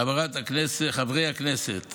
חברי הכנסת